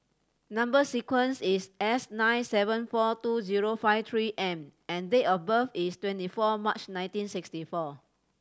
number sequence is S nine seven four two zero five Three M and date of birth is twenty four March nineteen sixty four